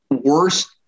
Worst